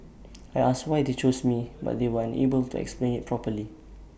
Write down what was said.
I asked why they chose me but they were unable to explain IT properly